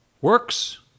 works